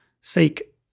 seek